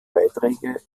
beiträge